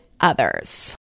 others